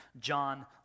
John